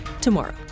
tomorrow